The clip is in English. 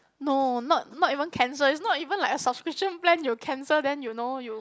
no not not even cancel it's not even like it's a subscription plan you cancel then you know you